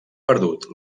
perdut